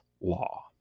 law